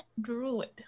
druid